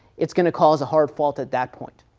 it's going to cause a hard fault at that point.